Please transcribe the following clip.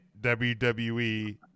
WWE